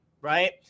right